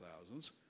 thousands